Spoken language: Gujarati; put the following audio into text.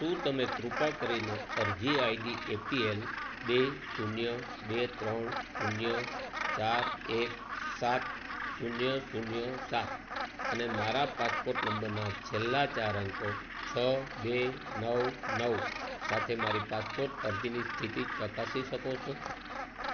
શું તમે કૃપા કરીને અરજી આઈડી એપીએલ બે શૂન્ય બે ત્રણ શૂન્ય ચાર એક સાત શૂન્ય શૂન્ય સાત અને મારા પાસપોર્ટ નંબરના છેલ્લા ચાર અંકો છ બે નવ નવ સાથે મારી પાસપોર્ટ અરજીની સ્થિતિ ચકાસી શકો છો